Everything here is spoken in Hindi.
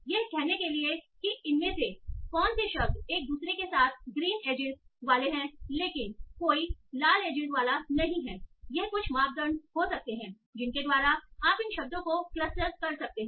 यह कहने के लिए कि इनमें से कौन से शब्द एक दूसरे के साथ ग्रीन एजइस वाले हैं लेकिन कोई लाल एजइस वाला नहीं है यह कुछ मापदंड हो सकते हैं जिनके द्वारा आप इन शब्दों को क्लस्टर कर सकते हैं